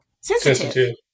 sensitive